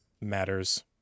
matters